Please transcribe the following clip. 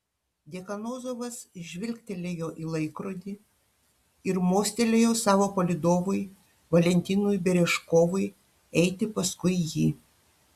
dekanozovas žvilgtelėjo į laikrodį ir mostelėjo savo palydovui valentinui berežkovui eiti paskui jį